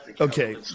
Okay